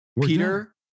Peter